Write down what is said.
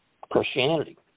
Christianity